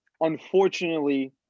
unfortunately